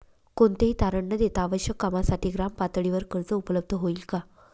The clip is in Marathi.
कोणतेही तारण न देता आवश्यक कामासाठी ग्रामपातळीवर कर्ज उपलब्ध होईल का?